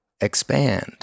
expand